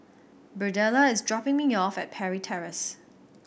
Birdella is dropping me off at Parry Terrace